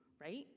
right